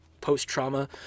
post-trauma